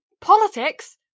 politics